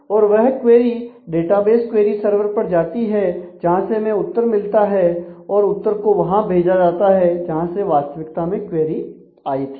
और वह query database query server पर जाती है जहां से हमें उत्तर मिलता है और उत्तर को वहां भेजा जाता है जहां से वास्तविकता में क्वेरी आई थी